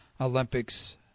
Olympics –